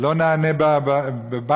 לא נענה בבנקים,